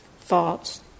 thoughts